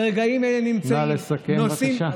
ברגעים אלה נמצאים, נא לסכם, בבקשה.